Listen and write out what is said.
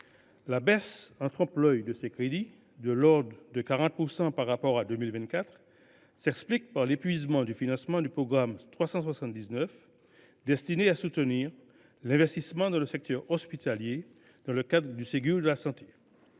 La baisse en trompe l’œil de ces crédits, de l’ordre de 40 % par rapport à 2024, s’explique par l’épuisement du financement du programme 379, affecté au soutien de l’investissement dans le secteur hospitalier dans le cadre du Ségur de la santé.